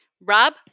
Rob